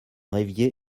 rêviez